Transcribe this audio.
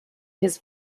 his